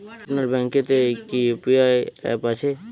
আপনার ব্যাঙ্ক এ তে কি ইউ.পি.আই অ্যাপ আছে?